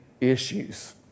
issues